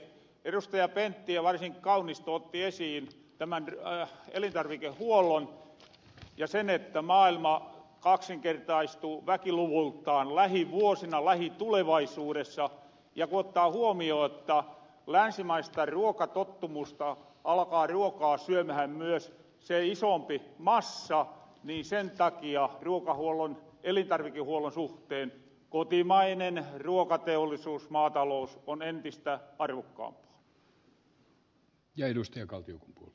edustajat pentti ja varsinkin kaunisto ottivat esiin tämän elintarvikehuollon ja sen että maailma kaksinkertaistuu väkiluvultaan lähivuosina lähitulevaisuudessa ja kun ottaa huomioon länsimaisen ruokatottumuksen alkaa ruokaa syömähän myös se isompi massa niin sen takia elintarvikehuollon suhteen kotimainen ruokateollisuus maatalous on entistä arvokkaampaa